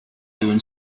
even